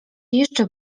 jeszcze